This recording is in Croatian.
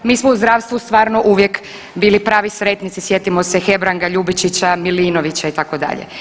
Mi smo u zdravstvu stvarno uvijek bili pravi sretnici, sjetimo se Hebranga, Ljubičića, Milinovića itd.